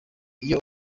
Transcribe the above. iyo